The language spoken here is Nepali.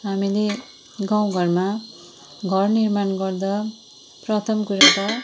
हामीले गाउँ घरमा घर निर्माण गर्दा प्रथम कुरा त